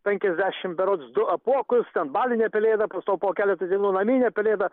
penkiasdešimt berods du apuokus ten balinė pelėda po to po keleto dienų naminė pelėda